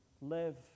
live